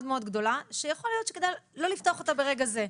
מאוד גדולה שיכול להיות שכדאי לא לפתוח אותה ברגע זה.